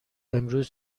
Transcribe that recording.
امروز